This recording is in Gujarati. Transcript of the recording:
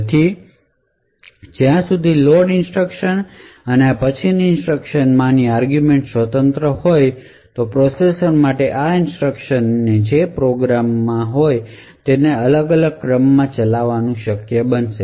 તેથી જ્યાં સુધી લોડ ઇન્સટ્રકશન અને આ પછીની ઇન્સટ્રકશન માંની આર્ગુમેંટ સ્વતંત્ર હોય તો પ્રોસેસર માટે આ ઇન્સટ્રકશન ને જે પ્રોગ્રામમાં સ્પષ્ટ કરેલ છે તેનાથી અલગ ક્રમમાં ચલાવવાનું શક્ય બનશે